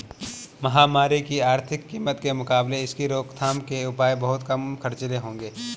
महामारी की आर्थिक कीमत के मुकाबले इसकी रोकथाम के उपाय बहुत कम खर्चीले होंगे